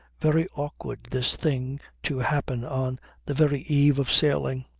very awkward this thing to happen on the very eve of sailing.